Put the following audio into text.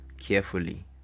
carefully